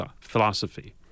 philosophy